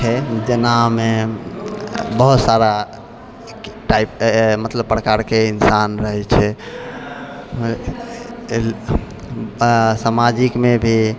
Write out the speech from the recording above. छै जेनामे बहुत सारा टाइप मतलब प्रकारके इन्सान रहै छै आओर सामाजिकमे भी